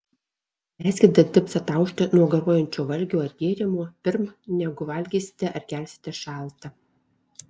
leiskit dantims ataušti nuo garuojančio valgio ar gėrimo pirm negu valgysite ar gersite šaltą